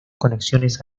conexiones